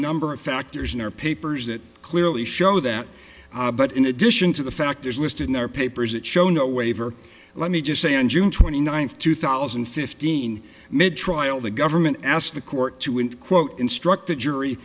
number of factors in our papers that clearly show that but in addition to the fact there's listed in our papers that show no waiver let me just say on june twenty ninth two thousand and fifteen minute trial the government asked the court to end quote instruct the jury